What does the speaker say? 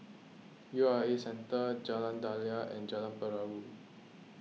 U R A Centre Jalan Daliah and Jalan Perahu